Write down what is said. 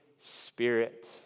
Spirit